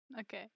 Okay